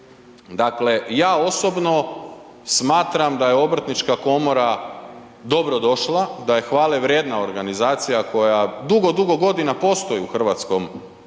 Dakle, ja osobno smatram da je Obrtnička komora dobrodošla, da je hvalevrijedna organizacija koja dugo, dugo godina postoji u Hrvatskoj, u